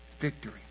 victory